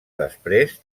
després